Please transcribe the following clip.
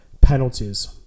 penalties